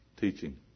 teaching